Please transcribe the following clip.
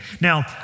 Now